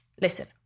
Listen